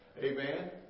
Amen